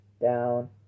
down